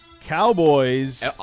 Cowboys